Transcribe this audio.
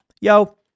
Yo